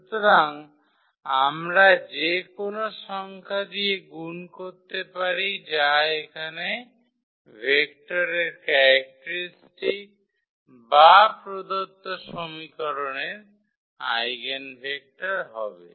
সুতরাং আমরা যে কোনও সংখ্যা দিয়ে গুণ করতে পারি যা এখানে ভেক্টরের ক্যারেক্টারিস্টিক বা প্রদত্ত সমীকরণের আইগেনভেক্টর হবে